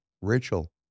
Rachel